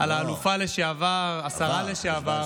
על האלופה לשעבר, השרה לשעבר,